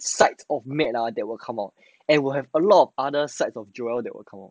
side of matte ah that will come out and will have a lot of other side of joelle that will come out